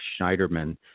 Schneiderman